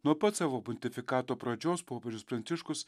nuo pat savo pontifikato pradžios popiežius pranciškus